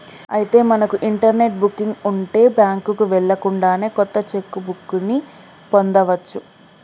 అయితే మనకు internet booking ఉంటే బ్యాంకుకు వెళ్ళకుండానే కొత్త చెక్ బుక్ ని పొందవచ్చు